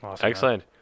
excellent